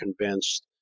convinced